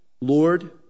Lord